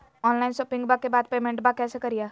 Online शोपिंग्बा के बाद पेमेंटबा कैसे करीय?